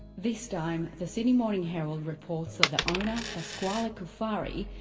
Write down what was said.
this time, the sydney morning herald reports that the owner, pasquale cufari,